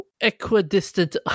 equidistant